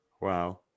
Wow